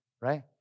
right